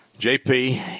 JP